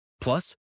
Plus